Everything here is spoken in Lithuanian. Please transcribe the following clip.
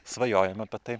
svajojam apie tai